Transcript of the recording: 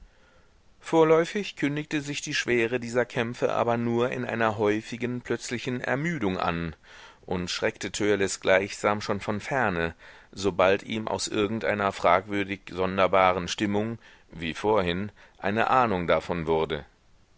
vorläufig kündigte sich die schwere dieser kämpfe aber nur in einer häufigen plötzlichen ermüdung an und schreckte törleß gleichsam schon von ferne sobald ihm aus irgendeiner fragwürdig sonderbaren stimmung wie vorhin eine ahnung davon wurde